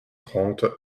trente